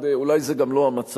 אולי זה גם לא המצב,